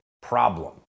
problem